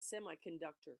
semiconductor